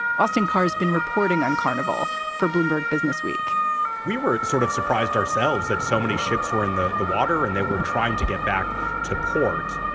austin car's been reporting on carnival for bloomberg businessweek we were sort of surprised ourselves that so many ships were in the the water and they were trying to get back to port.